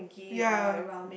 ya